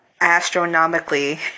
astronomically